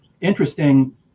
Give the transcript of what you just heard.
interesting